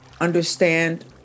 understand